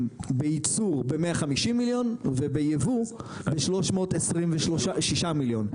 בייצור ב-150 מיליון וביבוא ב-326 מיליון?